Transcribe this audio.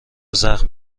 زخم